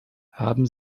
haben